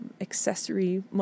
accessory